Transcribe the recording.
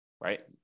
right